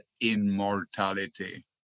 immortality